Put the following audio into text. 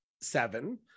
seven